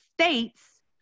states